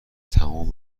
تمام